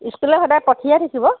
স্কুললৈ সদায় পঠিয়াই থাকিব